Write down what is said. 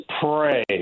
pray